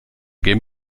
game